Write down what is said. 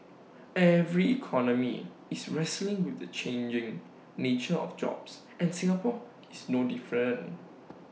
every economy is wrestling with the changing nature of jobs and Singapore is no different